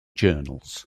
journals